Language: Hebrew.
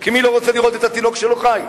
כי מי לא רוצה לראות את התינוק שלו חי?